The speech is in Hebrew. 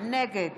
נגד